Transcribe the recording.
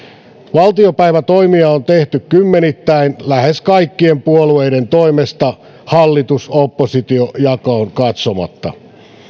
valtiopäivätoimia on tehty kymmenittäin lähes kaikkien puolueiden toimesta hallitus oppositio jakoon katsomatta